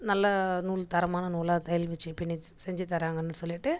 நல்ல நூல் தரமான நூலாக தையல் வச்சு பின்னி செஞ்சு தராங்கன்னு சொல்லிவிட்டு